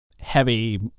heavy